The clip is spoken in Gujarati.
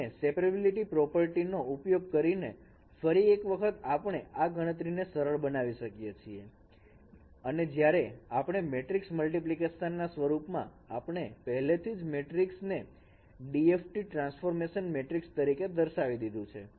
અને સેપરેટીબીલીટી પ્રોપર્ટી નો ઉપયોગ કરીને ફરી એક વખત આપણે આ ગણતરીને સરળ બનાવી શકીએ છીએ અને જ્યારે આપણે મેટ્રિકસ મલ્ટીપ્લિકેશન ના સ્વરૂપમાં આપણે પહેલેથી જ મેટ્રિક્સ ને DFT ટ્રાન્સફોર્મેશન મેટ્રિક તરીકે દર્શાવી દીધું છે